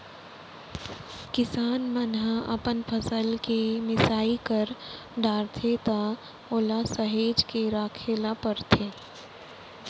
किसान मन ह अपन फसल के मिसाई कर डारथे त ओला सहेज के राखे ल परथे